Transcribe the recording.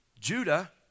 Judah